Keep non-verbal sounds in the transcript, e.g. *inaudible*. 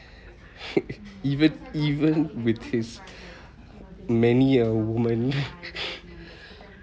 *breath* even even with his many a woman